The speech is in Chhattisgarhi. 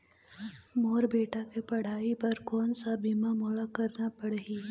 मोर बेटा के पढ़ई बर कोन सा बीमा मोला करना पढ़ही?